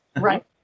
Right